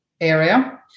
area